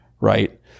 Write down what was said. right